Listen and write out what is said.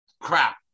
Crap